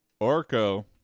Orko